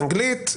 באנגלית,